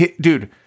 dude